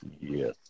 yes